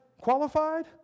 qualified